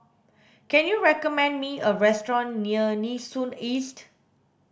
can you recommend me a restaurant near Nee Soon East